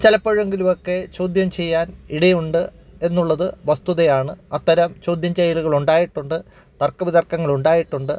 ചിലപ്പോഴെങ്കിലുമൊക്കെ ചോദ്യം ചെയ്യാൻ ഇടയുണ്ട് എന്നുള്ളത് വസ്തുതയാണ് അത്തരം ചോദ്യം ചെയ്യലുകളുണ്ടായിട്ടുണ്ട് തർക്ക വിതർക്കങ്ങൾ ഉണ്ടായിട്ടുണ്ട്